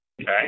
Okay